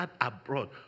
abroad